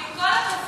עם כל הכבוד,